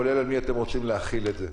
כולל על מי אתם רוצים להחיל את זה.